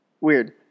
Weird